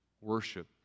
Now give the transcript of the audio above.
worship